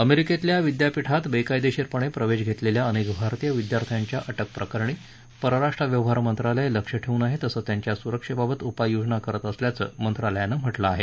अमेरिकेतल्या विद्यापीठात बेकायदेशीरपणे प्रवेश घेतलेल्या अनेक भारतीय विद्यार्थ्यांच्या अटक प्रकरणी परराष्ट्र व्यवहार मंत्रालय लक्ष ठेवून आहे तसंच त्यांच्या सुरक्षेबाबत उपाय योजना करत असल्याचं मंत्रालयानं म्हटलं आहे